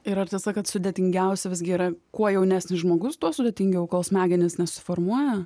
ir ar tiesa kad sudėtingiausia visgi yra kuo jaunesnis žmogus tuo sudėtingiau kol smegenys nesuformuoja